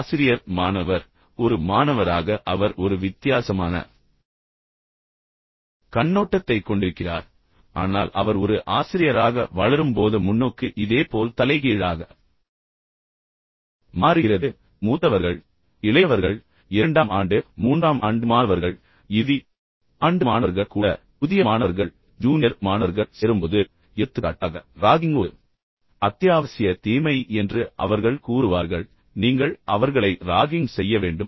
ஆசிரியர் மாணவர் ஒரு மாணவராக அவர் ஒரு வித்தியாசமான கண்ணோட்டத்தைக் கொண்டிருக்கிறார் ஆனால் அவர் ஒரு ஆசிரியராக வளரும்போது எனவே முன்னோக்கு இதேபோல் தலைகீழாக மாறுகிறது மூத்தவர்கள் இளையவர்கள் இரண்டாம் ஆண்டு மாணவர்கள் மூன்றாம் ஆண்டு மாணவர்கள் இறுதி ஆண்டு மாணவர்கள் கூட புதிய மாணவர்கள் ஜூனியர் மாணவர்கள் சேரும்போது எடுத்துக்காட்டாக ராகிங் ஒரு அத்தியாவசிய தீமை என்று அவர்கள் கூறுவார்கள் நீங்கள் அவர்களை ராகிங் செய்ய வேண்டும்